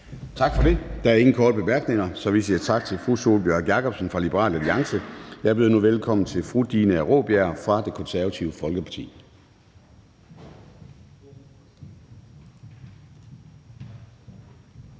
Tak for det. Der er ingen korte bemærkninger, og vi siger tak til fru Katrine Daugaard fra Liberal Alliance. Jeg byder nu velkommen til hr. Søren Espersen fra Danmarksdemokraterne.